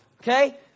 Okay